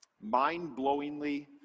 Mind-blowingly